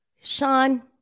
Sean